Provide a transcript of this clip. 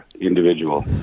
individual